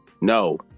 no